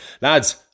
Lads